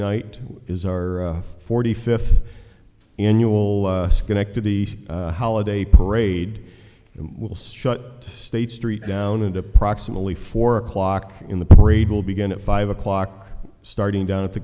night is our forty fifth annual schenectady holiday parade it will strut state street down and approximately four o'clock in the parade will begin at five o'clock starting down at the